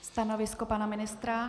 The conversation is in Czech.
Stanovisko pana ministra?